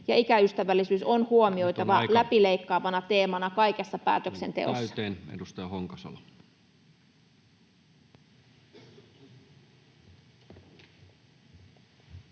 ikäystävällisyys on huomioitava läpileikkaavana teemana kaikessa päätöksenteossa.